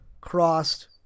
crossed